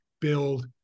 build